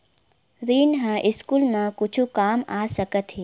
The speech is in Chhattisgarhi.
ऋण ह स्कूल मा कुछु काम आ सकत हे?